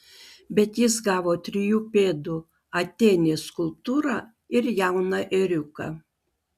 bet jis gavo trijų pėdų atėnės skulptūrą ir jauną ėriuką